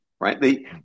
right